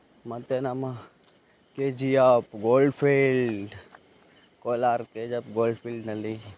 ಮತ್ತೆ ನಮ್ಮ K G F gold field Kolar K G F gold ಫೀಲ್ಡ್ನಲ್ಲಿ